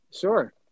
Sure